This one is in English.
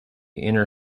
inner